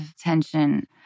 tension